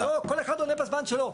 שלא כל אחד עונה בזמן שלו.